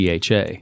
DHA